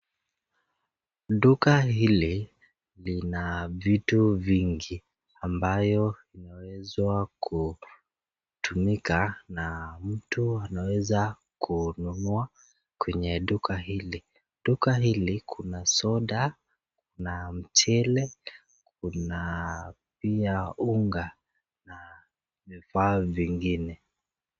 Duka hili lina vitu vingi ambavyo vinaweza kutumika na mtu anaweza kununua kwenye duka hili. Duka hili kuna soda na mchele, kuna pia unga na vifaa vingine.